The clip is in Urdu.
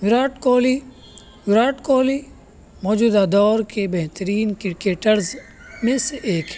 وراٹ کوہلی وراٹ کوہلی موجودہ دور کے بہترین کرکٹرز میں سے ایکھ